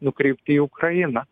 nukreipti į ukrainą